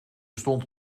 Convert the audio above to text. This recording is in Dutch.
stond